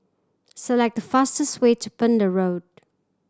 select the fastest way to Pender Road